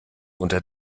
unter